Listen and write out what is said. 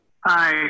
Hi